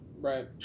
right